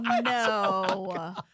No